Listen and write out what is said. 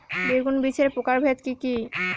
বেগুন বীজের প্রকারভেদ কি কী?